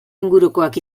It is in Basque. ingurukoak